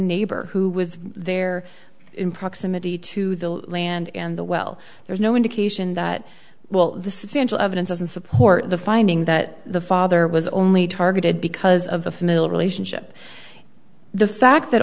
neighbor who was there in proximity to the land and the well there's no indication that well the substantial evidence doesn't support the finding that the father was only targeted because of a familial relationship the fact that